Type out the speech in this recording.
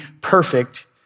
perfect